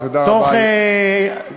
בתוך כמה זמן?